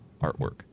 artwork